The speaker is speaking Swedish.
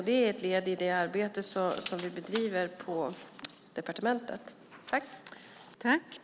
Det är ett led i det arbete som vi bedriver på departementet.